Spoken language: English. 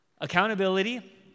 Accountability